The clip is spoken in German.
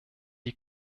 die